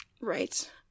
Right